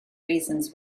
reasons